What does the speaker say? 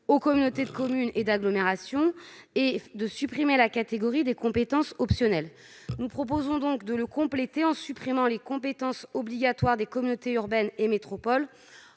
aux communautés de communes et d'agglomération, ainsi que de la catégorie des compétences optionnelles. Nous proposons de le compléter en supprimant les compétences obligatoires des communautés urbaines et des métropoles